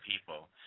people